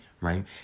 right